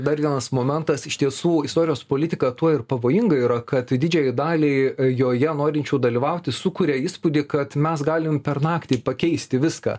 dar vienas momentas iš tiesų istorijos politika tuo ir pavojinga yra kad didžiajai daliai joje norinčių dalyvauti sukuria įspūdį kad mes galim per naktį pakeisti viską